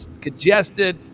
congested